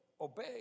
obey